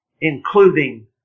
including